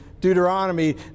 Deuteronomy